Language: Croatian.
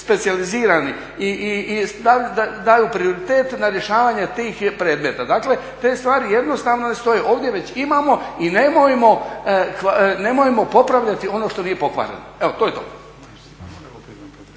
specijalizirani i daju prioritet na rješavanje tih predmeta. Dakle te stvari jednostavno ne stoje. Ovdje već imamo i nemojmo popravljati ono što nije pokvareno. Evo to je to.